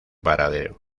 paradero